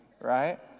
right